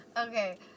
Okay